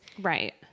Right